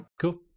cool